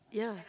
yeah